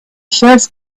first